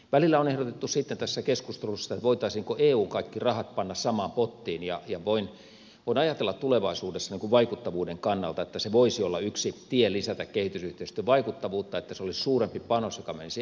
välillä on ehdotettu sitten tässä keskustelussa voitaisiinko eun kaikki rahat panna samaan pottiin ja voin ajatella tulevaisuudessa vaikuttavuuden kannalta että se voisi olla yksi tie lisätä kehitysyhteistyön vaikuttavuutta että se olisi suurempi panos joka menisi eun kautta